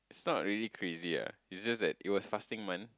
it's not really crazy lah it just like it was fasting month